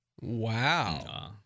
Wow